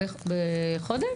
בחודש?